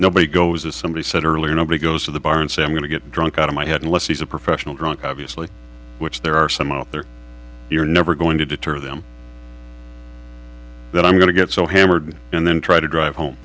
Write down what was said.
nobody goes as somebody said earlier nobody goes to the bar and say i'm going to get drunk out of my head unless he's a professional drunk obviously which there are some out there you're never going to deter them that i'm going to get so hammered and then try to drive home